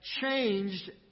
changed